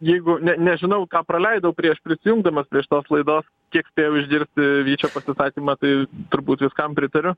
jeigu ne ne nežinau ką praleidau prieš prisijungdamas prie šitos laidos kiek spėjau išgirsti vyčio pasisakymą tai turbūt viskam pritariu